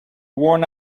worn